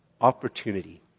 opportunity